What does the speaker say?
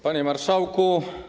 Panie Marszałku!